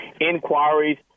inquiries